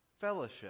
Fellowship